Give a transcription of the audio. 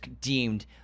deemed